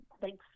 Thanks